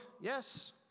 Yes